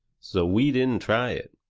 so we didn't try it.